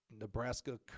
Nebraska